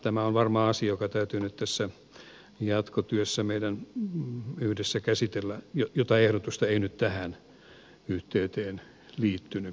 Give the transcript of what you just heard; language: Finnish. tämä on varmaan asia joka täytyy nyt tässä jatkotyössä meidän yhdessä käsitellä jota ehdotusta ei nyt tähän yhteyteen liittynyt